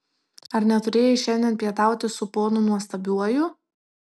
ar neturėjai šiandien pietauti su ponu nuostabiuoju